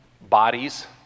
bodies